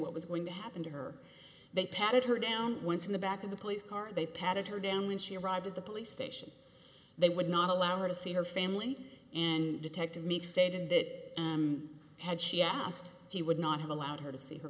what was going to happen to her that patted her down once in the back of the police car they patted her down when she arrived at the police station they would not allow her to see her family and detective meek stated that had she asked he would not have allowed her to see her